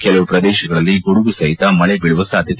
ಕೆಲವು ಪ್ರದೇಶಗಳಲ್ಲಿ ಗುಡುಗು ಸಹಿತ ಮಳೆ ಸಾಧ್ಯತೆ